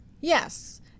Yes